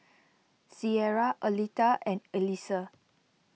Cierra Aletha and Alisa